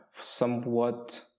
somewhat